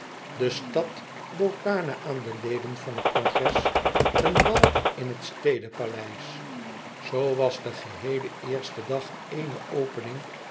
de stad bood daarna aan de leden van het congres een bal in het stede paleis zoo was de geheele eerste dag éene opening